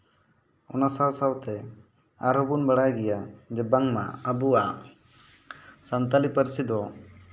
ᱚᱱᱟ ᱥᱟᱶ ᱥᱟᱶᱛᱮ ᱟᱨᱚ ᱵᱚᱱ ᱵᱟᱲᱟᱭ ᱜᱮᱭᱟ ᱡᱮ ᱵᱟᱝᱢᱟ ᱟᱵᱚᱣᱟᱜ ᱥᱟᱱᱛᱟᱲᱤ ᱯᱟᱹᱨᱥᱤ ᱫᱚ